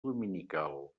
dominical